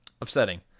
Upsetting